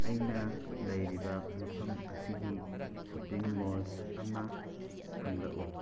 ꯑꯩꯅ ꯂꯩꯔꯤꯕ ꯃꯐꯝ ꯑꯁꯤꯒꯤ ꯁꯣꯄꯤꯡ ꯃꯣꯜꯁ ꯑꯃ ꯍꯪꯂꯛꯎ